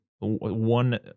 One